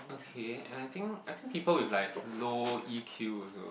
okay and I think I think people with like low E_Q also